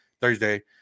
Thursday